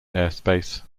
airspace